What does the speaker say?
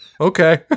Okay